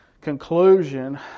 conclusion